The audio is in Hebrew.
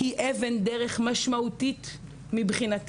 היא אבן דרך משמעותית מבחינתנו.